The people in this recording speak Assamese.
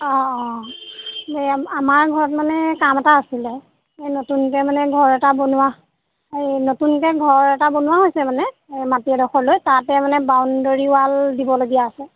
অঁ অঁ অঁ এইয়া আমাৰ ঘৰত মানে কাম এটা আছিলে এই নতুনকৈ মানে ঘৰ এটা বনোৱা এই নতুনকৈ ঘৰ এটা বনোৱা হৈছে মানে মাটি এডোখৰ লৈ তাতে মানে বাউণ্ডৰী ৱাল দিবলগীয়া আছে